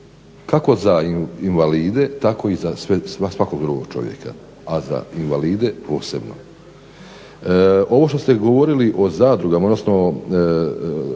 kako za invalide tako i za svakog drugog čovjeka, a za invalide posebno. Ovo što ste govorili o zadrugama, o